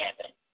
heaven